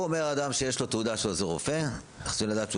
הוא אומר אדם שיש לו תעודה של עוזר רפואה צריך לדעת שהוא